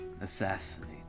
assassinate